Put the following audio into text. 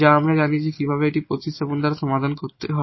যা আমরা জানি যে কিভাবে এই প্রতিস্থাপন দ্বারা সমাধান করতে হয়